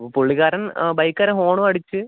ഇപ്പോൾ പുള്ളിക്കാരൻ ബൈക്കുകാരൻ ഹോണും അടിച്ച്